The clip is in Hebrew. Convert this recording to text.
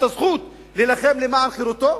זכות להילחם למען חירותו?